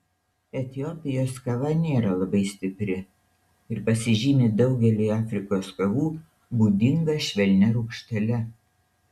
etiopijos kava nėra labai stipri ir pasižymi daugeliui afrikos kavų būdinga švelnia rūgštele